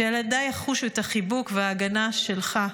שילדיי יחושו את החיבוק וההגנה שלך.